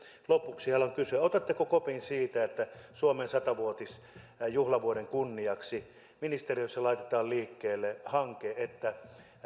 lopuksi haluan kysyä otatteko kopin siitä että suomen sata vuotisjuhlavuoden kunniaksi ministeriössä laitetaan liikkeelle hanke että